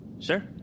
Sure